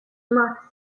max